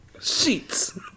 sheets